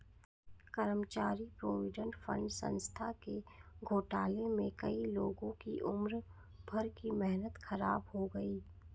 कर्मचारी provident fund संस्था के घोटाले में कई लोगों की उम्र भर की मेहनत ख़राब हो गयी